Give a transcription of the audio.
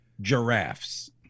Giraffes